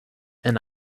and